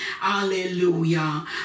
Hallelujah